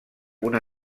una